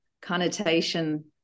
connotation